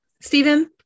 Stephen